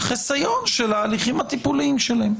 לחיסיון של ההליכים הטיפוליים שלהן.